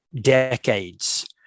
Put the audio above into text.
decades